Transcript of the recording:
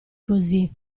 così